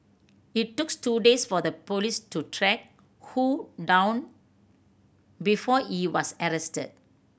it took two days for the police to track Ho down before he was arrested